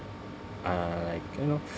uh like you know